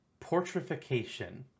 portrification